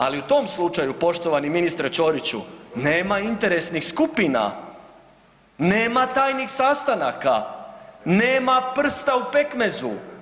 Ali u tom slučaju poštovani ministre Ćoriću nema interesnih skupina, nema tajnih sastanaka, nema prsta u pekmezu.